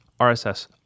RSS